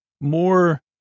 more